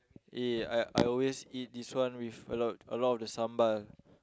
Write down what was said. eh I I always eat this one with a lot a lot of the sambal